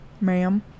Ma'am